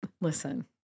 Listen